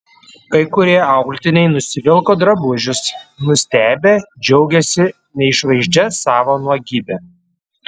kai kurie auklėtiniai nusivilko drabužius nustebę džiaugėsi neišvaizdžia savo nuogybe